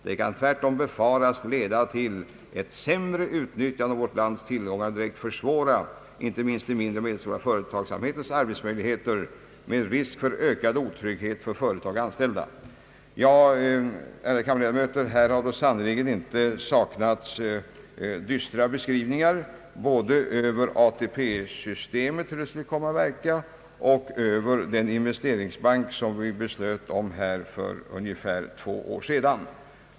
Det kan tvärtom befaras leda till ett sämre utnyttjande av vårt lands tillgångar och direkt försvåra inte minst de mindre och medelstora företagens arbetsmöjligheter med risk för ökad otrygghet för företagare och anställda.» Ja, ärade kammarledamöter, från borgerligt håll har sannerligen inte saknats dystra beskrivningar både av ATP-systemet och hur det skulle komma att verka och av den investeringsbank som riksdagen beslutade för två år sedan.